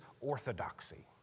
orthodoxy